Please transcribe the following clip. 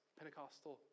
Pentecostal